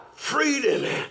freedom